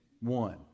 one